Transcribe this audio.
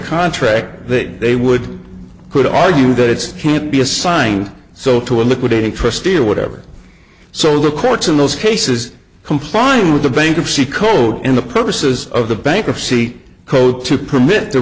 contract that they would could argue that it's can't be assigned so to a liquidated trustee or whatever so the courts in those cases complying with the bankruptcy code in the purposes of the bankruptcy code to permit the